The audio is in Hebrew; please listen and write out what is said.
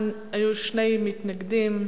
היו שני מתנגדים,